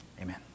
amen